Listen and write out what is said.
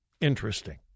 Interesting